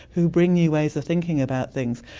who bring new ways of thinking about things,